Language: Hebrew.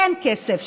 אין כסף.